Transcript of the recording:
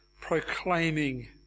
proclaiming